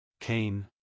Cain